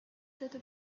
cette